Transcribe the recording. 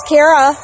Kara